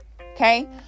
okay